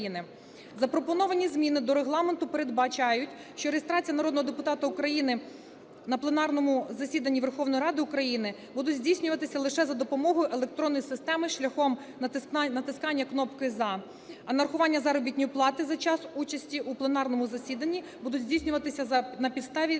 Запропоновані зміни до Регламенту передбачають, що реєстрація народного депутата України на пленарному засіданні Верховної Ради України буде здійснюватися лише за допомогою електронної системи шляхом натискання кнопки "за", а нарахування заробітної плати за час участі у пленарному засіданні будуть здійснювати на підставі